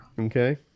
Okay